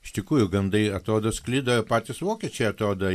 iš tikrųjų gandai atrodo sklido patys vokiečiai atrodo